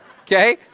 okay